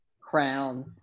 crown